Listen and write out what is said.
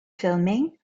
filming